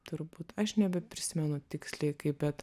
turbūt aš nebeprisimenu tiksliai kaip bet